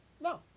No